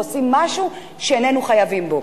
ועושים משהו שאיננו חייבים בו.